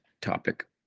topic